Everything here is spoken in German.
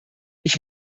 ich